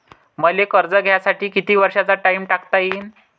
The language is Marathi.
मले कर्ज घ्यासाठी कितीक वर्षाचा टाइम टाकता येईन?